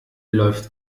läuft